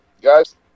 guys